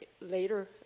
later